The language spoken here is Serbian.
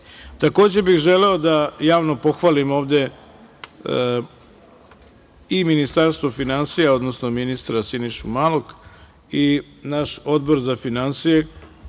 vodi“.Takođe bih želeo da javno pohvalim ovde i Ministarstvo finansija, odnosno ministra Sinišu Malog, i naš Odbor za finansije